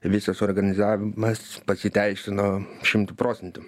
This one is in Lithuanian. visas organizavimas pasiteisino šimtu procentų